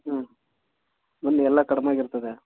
ಹ್ಞೂ ಬನ್ನಿ ಎಲ್ಲ ಕಡಿಮೆಗಿರ್ತದೆ